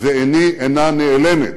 ולא נעלמים